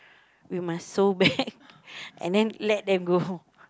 we must sew back and then let them go home